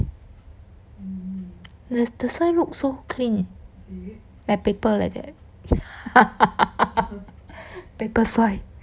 the the soil look so clean like paper like that paper soil